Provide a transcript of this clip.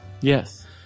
Yes